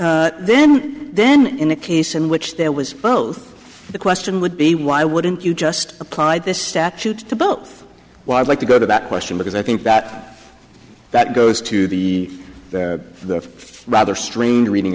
then then in a case in which there was both the question would be why wouldn't you just applied this statute to both why i'd like to go to that question because i think that that goes to the rather strained reading